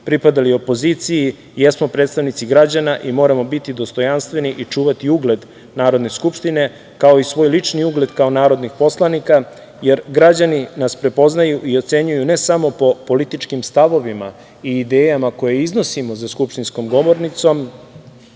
pripadali opoziciji, jesmo predstavnici građana i moramo biti dostojanstveni i čuvati ugled Narodne skupštine, kao i svoj lični ugled kao narodnih poslanika, jer građani nas prepoznaju i ocenjuju ne samo po političkim stavovima i idejama koje iznosimo za skupštinskom govornicom,